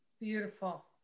Beautiful